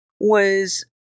was-